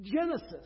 Genesis